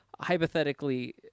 hypothetically